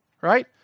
right